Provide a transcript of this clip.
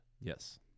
Yes